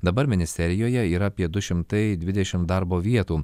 dabar ministerijoje yra apie du šimtai dvidešimt darbo vietų